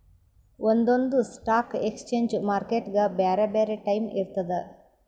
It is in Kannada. ಒಂದೊಂದ್ ಸ್ಟಾಕ್ ಎಕ್ಸ್ಚೇಂಜ್ ಮಾರ್ಕೆಟ್ಗ್ ಬ್ಯಾರೆ ಬ್ಯಾರೆ ಟೈಮ್ ಇರ್ತದ್